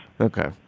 Okay